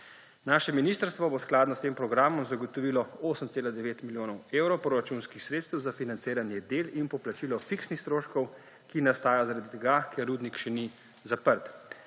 Naše ministrstvo bo skladno s tem programom zagotovilo 8,9 milijona evrov proračunskih sredstev za financiranje del in poplačilo fiksnih stroškov, ki nastajajo zaradi tega, ker rudnik še ni zaprt.